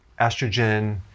estrogen